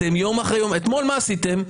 אתמול מה עשיתם?